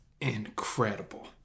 Incredible